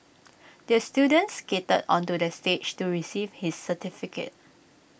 the student skated onto the stage to receive his certificate